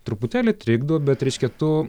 truputėlį trikdo bet reiškia tu